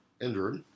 Injured